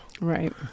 Right